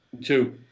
Two